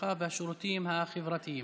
הרווחה והשירותים החברתיים.